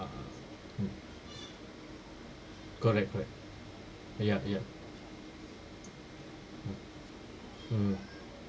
ah mm correct correct ya ya mm mm